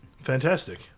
Fantastic